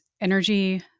energy